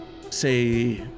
say